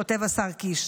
כותב השר קיש,